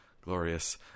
Glorious